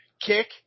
kick